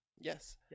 Yes